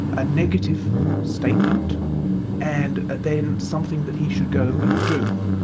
a negative statement and then something that he should go and do'.